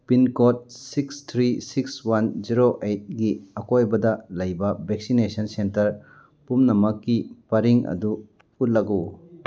pin code six three six one zero ꯑꯩꯠꯒꯤ ꯑꯀꯣꯏꯕꯗ ꯂꯩꯕ ꯚꯦꯛꯁꯤꯅꯦꯁꯟ ꯁꯦꯟꯇꯔ ꯄꯨꯝꯅꯃꯛꯀꯤ ꯄꯔꯤꯡ ꯑꯗꯨ ꯎꯠꯂꯛꯎ